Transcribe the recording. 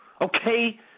Okay